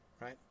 right